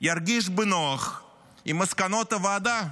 ירגיש בנוח עם מסקנות הוועדה,.